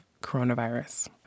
coronavirus